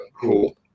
Cool